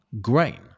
grain